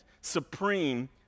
supreme